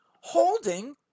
holding